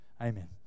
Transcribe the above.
Amen